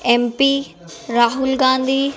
M P Rahul Gandhi